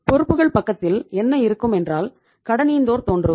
பொறுப்புக்கள் பக்கத்தில் என்ன இருக்கும் என்றால் கடனீந்தோர் தோன்றுவர்